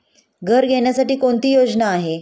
घर घेण्यासाठी कोणती योजना आहे?